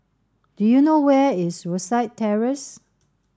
do you know where is Rosyth Terrace